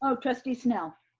so trustee snell.